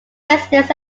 residents